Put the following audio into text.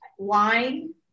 Wine